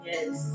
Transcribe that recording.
Yes